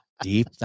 Deep